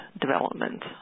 development